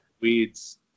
weeds